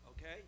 Okay